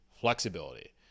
Flexibility